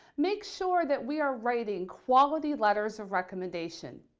make sure that we are writing quality letters of recommendation?